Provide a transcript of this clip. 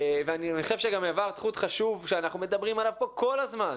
אני חושב שגם העברת חוט חשוב שאנחנו מדברים עליו פה כל הזמן,